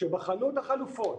כשבחנו את החלופות